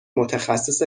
متخصص